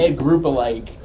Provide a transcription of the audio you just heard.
ah group of like,